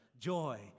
joy